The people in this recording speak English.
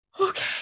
Okay